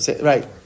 Right